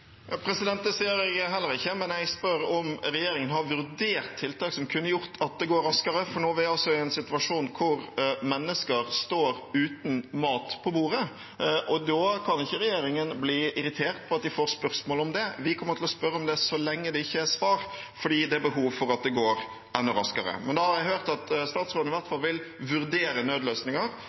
Det sier jeg heller ikke, men jeg spør om regjeringen har vurdert tiltak som kunne gjort at det gikk raskere. Nå er vi altså i en situasjon hvor mennesker står uten mat på bordet. Da kan ikke regjeringen bli irritert over at de får spørsmål om det. Vi kommer til å spørre om det så lenge det ikke er svar, fordi det er behov for at det går enda raskere. Men nå har jeg hørt at statsråden i hvert fall vil vurdere nødløsninger.